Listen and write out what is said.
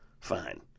fine